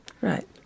right